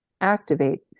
activate